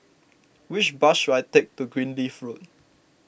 which bus should I take to Greenleaf Road